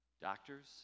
Doctors